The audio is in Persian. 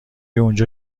اونجا